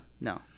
No